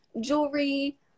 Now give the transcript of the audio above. jewelry